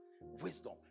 Wisdom